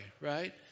right